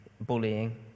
bullying